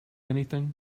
anything